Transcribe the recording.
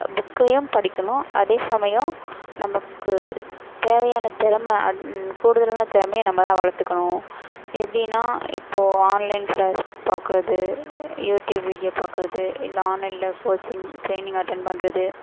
புக்கையும் படிக்கணும் அதே சமயம் நமக்கு தேவையான திறமை அ கூடுதலான திறமையை நம்மதான் வளர்த்துக்கணும் எப்படின்னா இப்போது ஆன்லைன் க்ளாஸ் பார்க்குறது யூடியூப் வீடியோ பார்க்கறது இல்லை ஆன்லைனில் கோச்சிங் ட்ரைனிங் அட்டன்ட் பண்ணுறது